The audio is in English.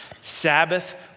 Sabbath